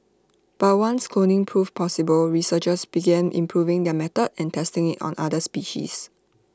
but once cloning proved possible researchers began improving their method and testing IT on other species